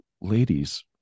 ladies